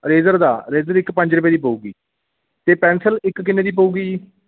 razor ਦਾ razor ਇੱਕ ਪੰਜ ਰੁਪਏ ਦੀ ਪਊਗੀ ਅਤੇ ਪੈਨਸਿਲ ਇੱਕ ਕਿੰਨੇ ਦੀ ਪਊਗੀ ਜੀ